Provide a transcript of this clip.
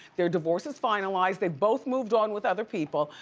their divorce is finalized, they both moved on with other people.